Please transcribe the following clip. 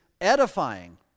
edifying